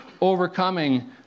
overcoming